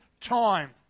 time